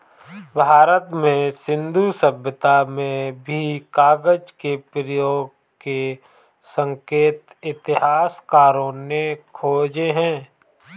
भारत में सिन्धु सभ्यता में भी कागज के प्रयोग के संकेत इतिहासकारों ने खोजे हैं